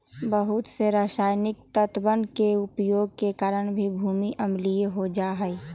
बहुत से रसायनिक तत्वन के उपयोग के कारण भी भूमि अम्लीय हो जाहई